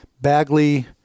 Bagley